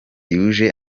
yuje